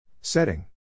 Setting